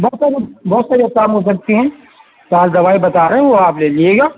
بہت سارے بہت سارے کام ہو سکتی ہیں چار دوائی بتا رہے ہیں وہ آپ لے لیجیے گا